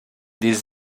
des